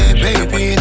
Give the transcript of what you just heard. baby